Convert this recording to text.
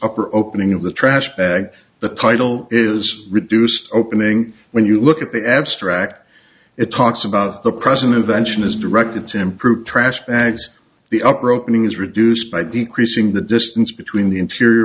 upper opening of the trash bag the title is reduced opening when you look at the abstract it talks about the present invention is directed to improve trash bags the upper opening is reduced by decreasing the distance between the interior